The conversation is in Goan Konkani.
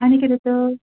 आनी कितें तर